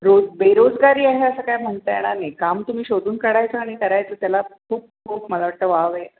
रोज बेरोजगारी आहे असं काय म्हणता येणार नाही काम तुम्ही शोधून काढायचा आणि करायचा त्याला खूप खूप मला वाटतं वाव आहे